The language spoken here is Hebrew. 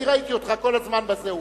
אני ראיתי אותך כל הזמן בטלוויזיה,